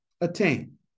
attain